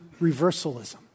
reversalism